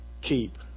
keep